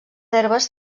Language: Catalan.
herbes